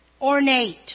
ornate